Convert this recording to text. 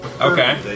Okay